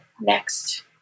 next